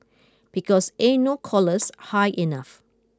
because ain't no collars high enough